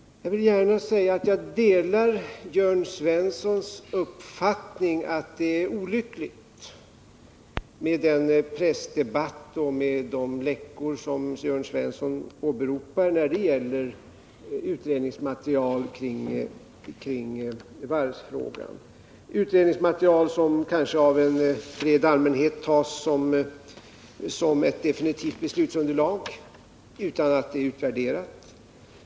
Jag vill gärna säga att jag delar Jörn Svenssons uppfattning om att det är olyckligt med den pressdebatt och med de läckor som Jörn Svensson åberopar när det gäller utredningsmaterial kring varvsfrågan — ett utredningsmaterial som kanske av en bred allmänhet tas som ett definitivt beslutsunderlag utan att det har utvärderats.